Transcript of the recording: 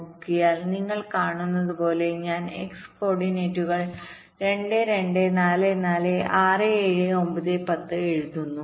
നോക്കിയാൽ നിങ്ങൾ കാണുന്നതുപോലെ ഞാൻ x കോർഡിനേറ്റുകൾ 2 2 4 4 6 7 9 10 എഴുതുന്നു